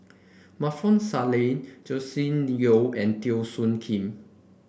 Maarof Salleh Joscelin Yeo and Teo Soon Kim